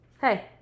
Hey